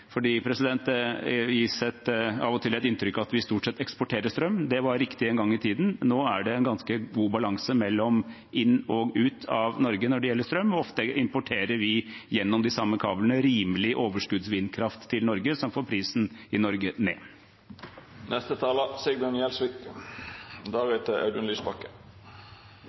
Det gis av og til et inntrykk av at vi stort sett eksporterer strøm. Det var riktig en gang i tiden. Nå er det en ganske god balanse mellom inn og ut av Norge når det gjelder strøm, og ofte importerer vi gjennom de samme kablene rimelig overskuddsvindkraft til Norge som får prisen i Norge